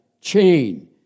chain